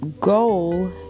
goal